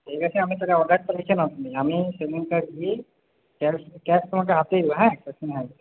ঠিক আছে আমি তাহলে অর্ডারটা লিখে নাও তুমি আমি সেদিনকে গিয়ে ক্যাশ ক্যাশ তোমাকে হাতেই দেবো হ্যাঁ